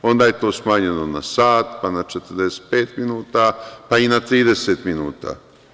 Onda je to smanjeno na sat, pa na 45 minuta, pa i na 30 minuta.